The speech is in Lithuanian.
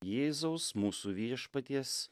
jėzaus mūsų viešpaties